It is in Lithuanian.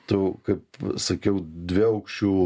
tų kaip sakiau dviaukščių